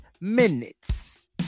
minutes